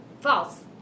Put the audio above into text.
False